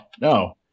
no